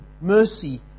mercy